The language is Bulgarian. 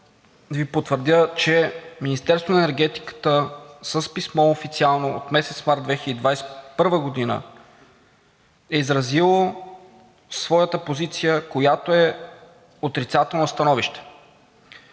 Ви потвърдя, че Министерството на енергетиката с официално писмо от месец март 2021 г. е изразило своята позиция, която е отрицателно становище.